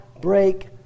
break